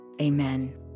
Amen